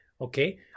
Okay